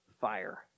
fire